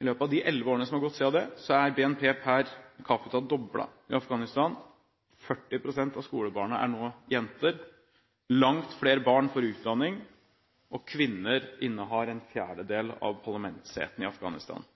I løpet av de elleve årene som er gått siden det, er BNP per capita doblet i Afghanistan. 40 pst. av skolebarna er nå jenter, langt flere barn får utdanning, og kvinner innehar en fjerdedel av parlamentssetene i Afghanistan.